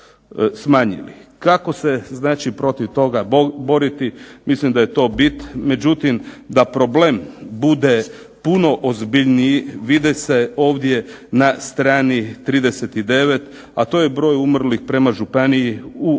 Kako se znači protiv toga boriti, mislim da je to bit, međutim da problem bude puno ozbiljniji vide se ovdje na strani 39, a to je broj umrlih prema županiji u godini